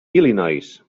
illinois